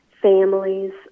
families